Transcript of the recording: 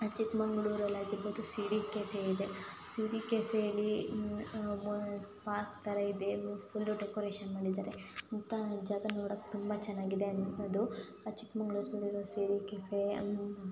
ಚಿಕ್ಕಮಗ್ಳೂರಲ್ಲಿ ಆಗಿರ್ಬೋದು ಸಿರಿ ಕೆಫೆ ಇದೆ ಸಿರಿ ಕೆಫೆಯಲ್ಲಿ ಪಾರ್ಕ್ ಥರ ಇದೆ ಫುಲ್ಲು ಡೆಕೋರೇಷನ್ ಮಾಡಿದ್ದಾರೆ ಇಂಥ ಜಾಗ ನೋಡೋಕೆ ತುಂಬ ಚೆನ್ನಾಗಿದೆ ಅನ್ಬೋದು ಚಿಕ್ಕಮಗ್ಳೂರಲ್ಲಿರೋ ಸಿರಿ ಕೆಫೆ